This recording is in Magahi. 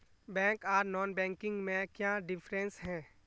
बैंक आर नॉन बैंकिंग में क्याँ डिफरेंस है?